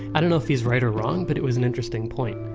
i don't know if he's right or wrong, but it was an interesting point.